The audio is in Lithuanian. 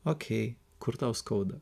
okei kur tau skauda